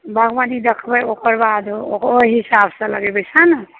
बागवानी देखबय ओकर बाद ओहि हिसाब सं लगेबय सएह न